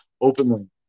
openly